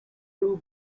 two